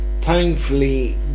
thankfully